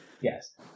Yes